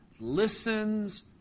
Listens